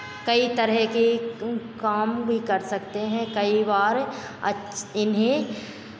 कई तरह के काम भी कर सकते हैं कई बार अच इन्हें